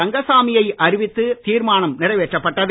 ரங்கசாமியை அறிவித்து தீர்மானம் நிறைவேற்றப்பட்டது